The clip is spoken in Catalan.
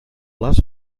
les